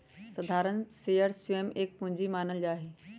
साधारण शेयर स्वयं के पूंजी मानल जा हई